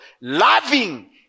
loving